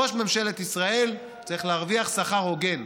ראש ממשלת ישראל צריך להרוויח שכר הוגן,